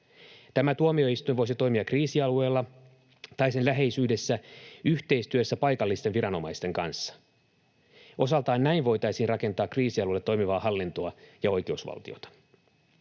Tämä tuomioistuin voisi toimia kriisialueella tai sen läheisyydessä yhteistyössä paikallisten viranomaisten kanssa. Osaltaan näin voitaisiin rakentaa kriisialueelle toimivaa hallintoa ja oikeusvaltiota.